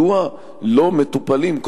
מדוע לא מטופלות,